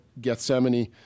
Gethsemane